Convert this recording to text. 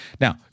Now